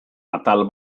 atal